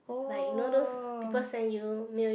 like you know those people send you mail you